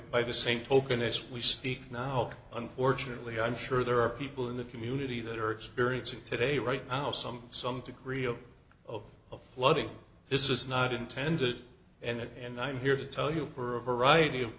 by the same token as we speak now unfortunately i'm sure there are people in the community that are experiencing today right now some some degree of of of flooding this is not intended and i'm here to tell you for a variety of